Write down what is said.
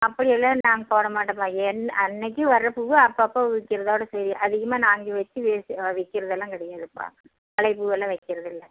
அப்படிலாம் நாங்கள் போட மாட்டோம்ப்பா என் அன்னிக்கு வர பூவை அப்பப்போ விற்கிறதோட சரி அதிகமாக நாங்கள் வச்சு வேஸ்ட் விற்கிறதுலாம் கிடையாதுப்பா பழைய பூவெல்லாம் விற்கிறது இல்லை